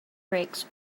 brakes